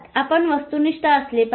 आपण वस्तुनिष्ठ असले पाहिजे